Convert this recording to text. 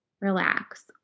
relax